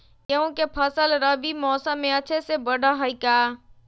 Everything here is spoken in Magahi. गेंहू के फ़सल रबी मौसम में अच्छे से बढ़ हई का?